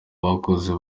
bakozi